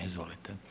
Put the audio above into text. Izvolite.